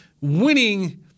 Winning